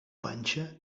panxa